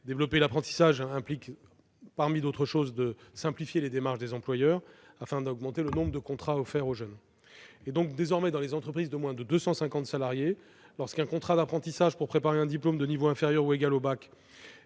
Développer l'apprentissage implique, entre autres, de simplifier les démarches des employeurs afin d'augmenter le nombre de contrats offerts aux jeunes. Désormais, dans les entreprises de moins de 250 salariés lorsqu'est signé un contrat d'apprentissage pour préparer un diplôme de niveau inférieur ou égal au